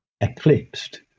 eclipsed